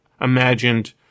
imagined